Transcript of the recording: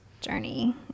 journey